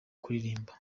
kuririmba